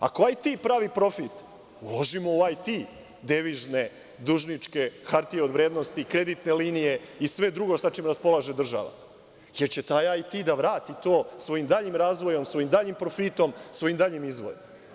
Ako IT pravi profit, uložimo u IT devizne, dužničke, hartije od vrednosti, kreditne linije i sve drugo sa čim raspolaže država, jer će taj IT da vrati to svojim daljim razvojem, svojim daljim profitom, svojim daljim izvorom.